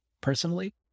Personally